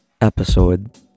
episode